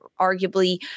arguably